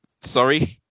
sorry